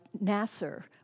Nasser